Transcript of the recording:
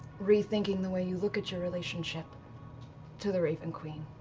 rethinking the way you look at your relationship to the raven queen.